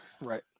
right